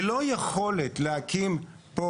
ללא יכולת להקים פה